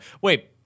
Wait